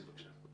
יוסי, בבקשה.